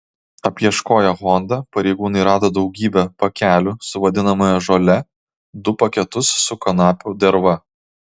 apieškoję honda pareigūnai rado daugybę pakelių su vadinamąją žole du paketus su kanapių derva